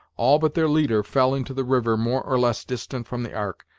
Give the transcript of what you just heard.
all but their leader fell into the river more or less distant from the ark,